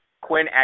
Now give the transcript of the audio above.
Quinn